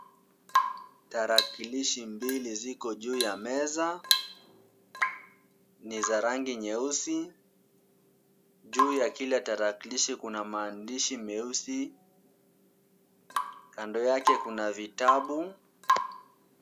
Tarakilishi mbili ziko juu yamesa. Ni za rangi nyeusi. Juu ya kilaa tarakilishi kuna maandishi meusi. Kando yake kuna vitabu.